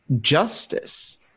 justice